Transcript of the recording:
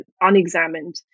unexamined